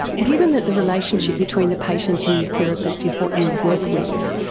given that the relationship between the patient and therapist is what you work with,